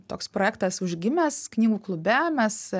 toks projektas užgimęs knygų klube mes